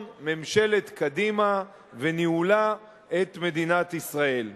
ממשלת קדימה וניהולה את מדינת ישראל.